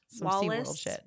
Wallace